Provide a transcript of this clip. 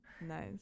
Nice